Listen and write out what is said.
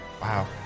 Wow